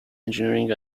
engineering